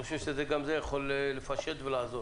אני חושב שגם זה יכול לפשט ולעזור.